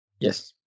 Yes